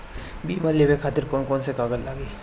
बीमा लेवे खातिर कौन कौन से कागज लगी?